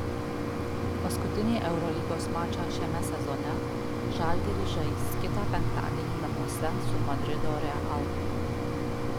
paskutinį eurolygos mačą šiame sezone žalgiris žais kitą penktadienį namuose su madrido real